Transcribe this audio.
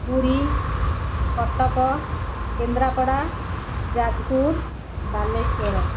Puri Cuttack Kendrapara Jajpur Balasore